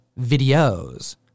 videos